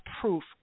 proof